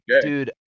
Dude